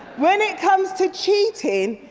when it comes to cheating,